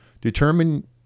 Determine